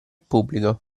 pubblico